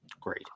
Great